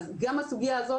כך שגם הסוגיה הזאת